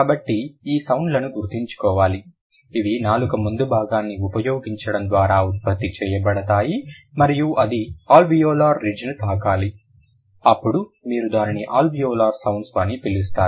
కాబట్టి ఈ సౌండ్ లను గుర్తుంచుకోవాలి ఇవి నాలుక ముందు భాగాన్ని ఉపయోగించడం ద్వారా ఉత్పత్తి చేయబడతాయి మరియు అది అల్వియోలార్ రిడ్జ్ను తాకాలి అప్పుడు మీరు దానిని అల్వియోలార్ సౌండ్స్ అని పిలుస్తారు